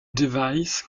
device